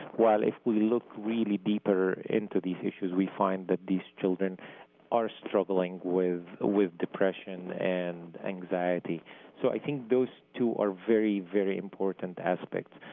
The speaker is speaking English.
if we look really deeper into these issues we find that these children are struggling with ah with depression and anxiety so i think those two are very, very important aspects.